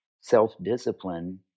self-discipline